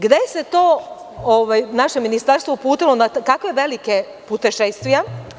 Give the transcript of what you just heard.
Gde se to naše ministarstvo uputilo, na kakve velike putešestvije?